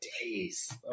days